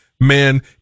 Man